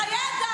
זה חיי אדם,